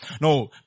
No